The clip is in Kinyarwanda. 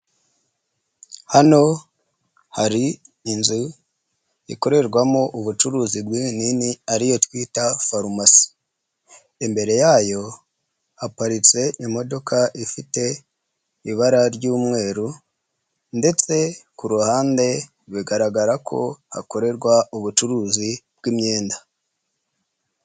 Hano hari inzu ikorerwamo ubucuruzi bw'inini ari yo twita farumasi, imbere yayo haparitse imodoka ifite ibara ry'umweru ndetse ku ruhande bigaragara ko hakorerwa ubucuruzi bw'imyenda.